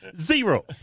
Zero